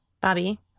Bobby